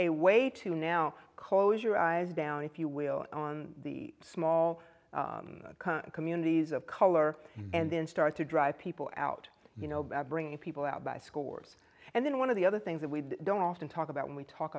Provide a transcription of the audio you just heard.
a way to to now close your eyes down if you will on the small communities of color and then start to drive people out bringing people out by scores and then one of the other things that we don't often talk about when we talk